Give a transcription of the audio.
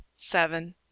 seven